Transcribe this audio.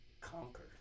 conquer